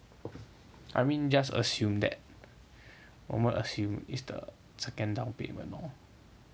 I mean just assume that 我们 assume is the second down payment lor